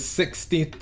sixty